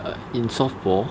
err in softball